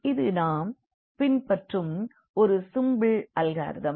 இது நாம் பின்பற்றும் ஒரு சிம்பிள் அல்காரிதம்